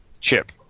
Chip